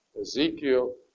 Ezekiel